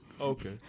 Okay